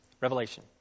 Revelation